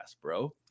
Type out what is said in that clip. bro